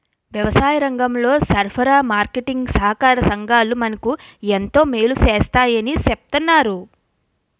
వ్యవసాయరంగంలో సరఫరా, మార్కెటీంగ్ సహాకార సంఘాలు మనకు ఎంతో మేలు సేస్తాయని చెప్తన్నారు